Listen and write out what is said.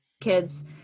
kids